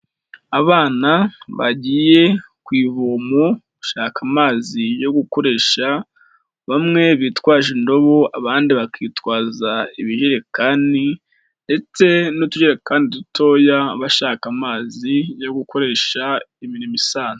Abana bagiye ku ivomo gushaka amazi yo gukoresha, bamwe bitwaje indobo, abandi bakitwaza ibijerekani ndetse n'utujerekani dutoya bashaka amazi yo gukoresha imirimo isanzwe.